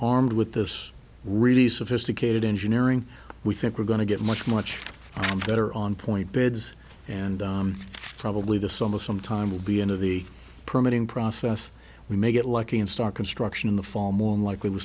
armed with this really sophisticated engineering we think we're going to get much much better on point beds and probably the summer some time will be end of the permitting process we may get lucky and start construction in the fall more than likely w